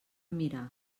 mirar